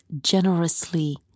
generously